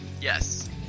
Yes